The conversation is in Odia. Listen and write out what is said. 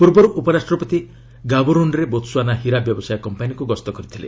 ପ୍ରର୍ବରୁ ଉପରାଷ୍ଟ୍ରପତି ଗାବୋରୋନ୍ରେ ବୋତ୍ସୁଆନା ହୀରା ବ୍ୟବସାୟ କମ୍ପାନୀକୁ ଗସ୍ତ କରିଥିଲେ